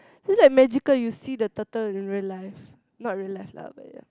this like magical you see the turtle in real life not real life lah but ya